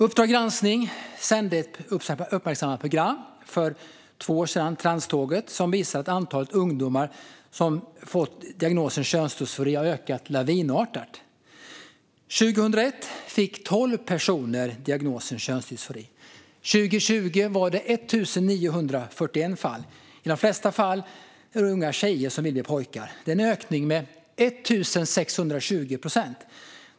Uppdrag granskning sände ett uppmärksammat program för snart två år sedan, "Tranståget", som visade att antalet ungdomar som fått diagnosen könsdysfori har ökat lavinartat. År 2001 fick 12 personer diagnosen könsdysfori. År 2020 var det 1 941 fall, de flesta av dem unga tjejer som vill bli pojkar. Det är en ökning med 16 200 procent.